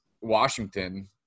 Washington